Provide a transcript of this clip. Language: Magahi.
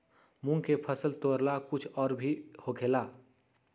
मूंग के फसल तोरेला कुछ और भी होखेला?